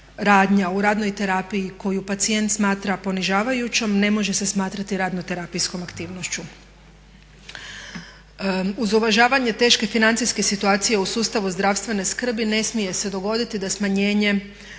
u radnoj terapiji koju pacijent smatra ponižavajućom ne može se smatrati radno terapijskom aktivnošću. Uz uvažavanje teške financijske situacije u sustavu zdravstvene skrbi ne smije se dogoditi da smanjenjem